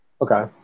Okay